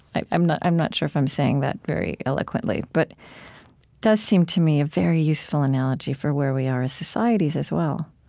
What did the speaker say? i'm not i'm not sure if i'm saying that very eloquently. but it does seem to me a very useful analogy for where we are as societies as well